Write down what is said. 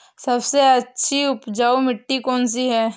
सबसे अच्छी उपजाऊ मिट्टी कौन सी है?